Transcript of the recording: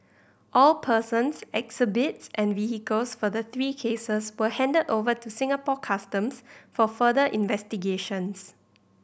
all persons exhibits and vehicles for the three cases were handed over to Singapore Customs for further investigations